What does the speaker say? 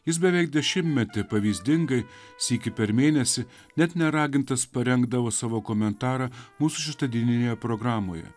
jis beveik dešimtmetį pavyzdingai sykį per mėnesį net neragintas parengdavo savo komentarą mūsų šeštadieninėje programoje